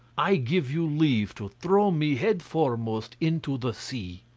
i give you leave to throw me headforemost into the sea.